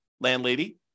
landlady